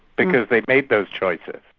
because they made those choices.